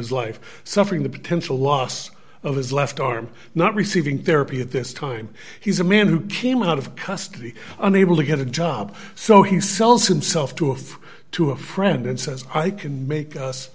his life suffering the potential loss of his left arm not receiving therapy at this time he's a man who came out of custody unable to get a job so he sells himself to a five to a friend and says i can make us